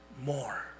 more